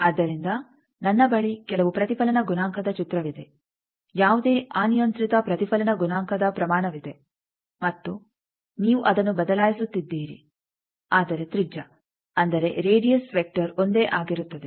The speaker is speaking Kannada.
ಆದ್ದರಿಂದ ನನ್ನ ಬಳಿ ಕೆಲವು ಪ್ರತಿಫಲನ ಗುಣಾಂಕದ ಚಿತ್ರವಿದೆ ಯಾವುದೇ ಅನಿಯಂತ್ರಿತ ಪ್ರತಿಫಲನ ಗುಣಾಂಕದ ಪ್ರಮಾಣವಿದೆ ಮತ್ತು ನೀವು ಅದನ್ನು ಬದಲಾಯಿಸುತ್ತಿದ್ದೀರಿ ಆದರೆ ತ್ರಿಜ್ಯ ಅಂದರೆ ರೇಡಿಯಸ್ ವೆಕ್ಟರ್ ಒಂದೇ ಆಗಿರುತ್ತದೆ